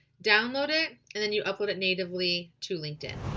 download it, and then you upload it natively to linkedin.